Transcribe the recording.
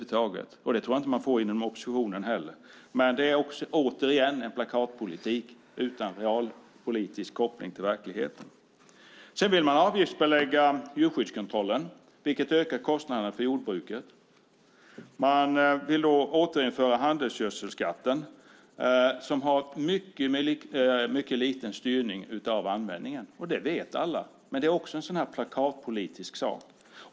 Det tror jag inte att man får inom oppositionen heller. Det är också plakatpolitik utan realpolitisk koppling till verkligheten. Man vill avgiftsbelägga djurskyddskontrollen vilket ökar kostnaderna för jordbruket. Man vill återinföra handelsgödselskatten som har mycket liten betydelse för styrningen av användningen. Det vet alla. Det är också något plakatpolitiskt.